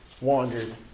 wandered